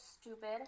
stupid